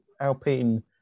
Alpine